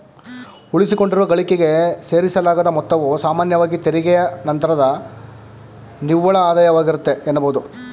ಉಳಿಸಿಕೊಂಡಿರುವ ಗಳಿಕೆಗೆ ಸೇರಿಸಲಾದ ಮೊತ್ತವು ಸಾಮಾನ್ಯವಾಗಿ ತೆರಿಗೆಯ ನಂತ್ರದ ನಿವ್ವಳ ಆದಾಯವಾಗಿರುತ್ತೆ ಎನ್ನಬಹುದು